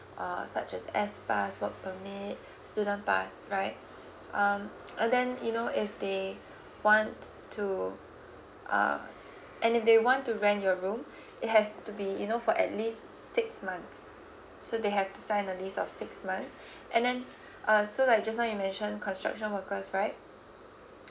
uh such as S pass work permit student pass right um and then you know if they want to uh and if they want to rent your room it has to be you know for at least six month so they have to sign a list of six months and then uh so like just now you mentioned construction workers right